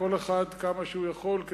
כל אחד כמה שהוא יכול,